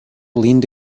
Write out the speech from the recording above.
leaned